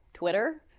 Twitter